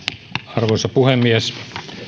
arvoisa puhemies